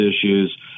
issues